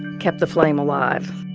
kept the flame alive